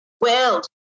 world